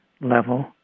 level